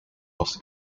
was